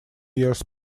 years